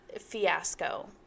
Fiasco